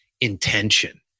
intention